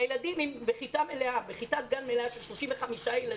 כשהילדים בכיתת גן מלאה של 35 ילדים